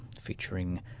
featuring